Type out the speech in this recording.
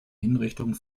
hinrichtung